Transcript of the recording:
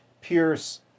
Pierce